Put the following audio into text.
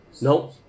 No